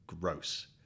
Gross